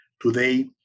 today